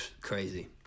crazy